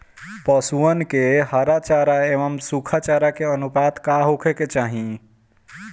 पशुअन के हरा चरा एंव सुखा चारा के अनुपात का होखे के चाही?